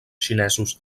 xinesos